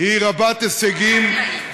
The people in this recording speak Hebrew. היא רבת-הישגים, זה לא חקלאי.